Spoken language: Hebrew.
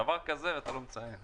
דבר כזה אתה לא מציין?